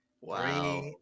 Wow